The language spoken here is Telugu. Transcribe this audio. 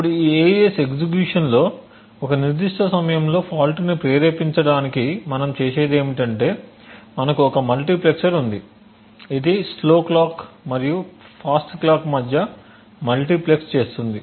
ఇప్పుడు ఈ AES ఎగ్జిక్యూషన్ లో ఒక నిర్దిష్ట సమయంలో ఫాల్ట్ని ప్రేరేపించడానికి మనం చేసేది ఏమిటంటే మనకు ఒక మల్టీప్లెక్సర్ ఉంది ఇది స్లో క్లాక్ మరియు ఫాస్ట్ క్లాక్ మధ్య మల్టీప్లెక్స్ చేస్తుంది